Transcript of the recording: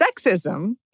Sexism